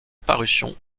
parution